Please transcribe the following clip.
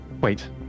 Wait